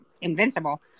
invincible